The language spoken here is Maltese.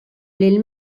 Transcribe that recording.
lil